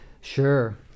Sure